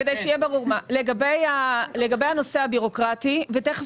לגבי הנושא הבירוקרטי וממש תכף